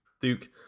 Duke